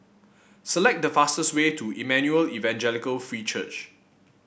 select the fastest way to Emmanuel Evangelical Free Church